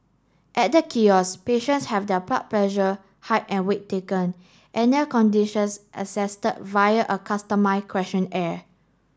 at the kiosk patients have their blood pressure height and weight taken and their conditions assess via a customise questionnaire